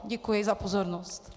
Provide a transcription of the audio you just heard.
Děkuji za pozornost.